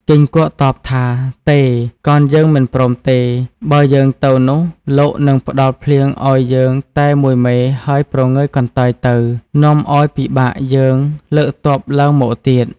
គីង្គក់តបថា” ទេ! កនយើងមិនព្រមទេ បើយើងទៅនោះលោកនឹងផ្តល់ភ្លៀងឱ្យយើងតែមួយមេហើយព្រងើយកន្តើយទៅ នាំឱ្យពិបាកយើងលើកទ័ពឡើងមកទៀត។